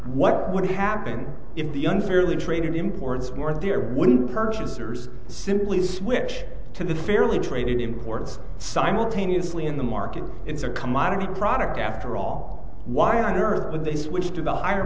what would happen if young fairly traded imports more there wouldn't be purchasers simply switch to the fairly traded imports simultaneously in the market it's a commodity product after all why on earth would they switch to the higher